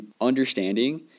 understanding